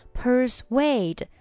persuade